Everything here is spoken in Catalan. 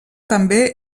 també